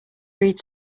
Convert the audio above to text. read